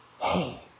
hey